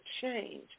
change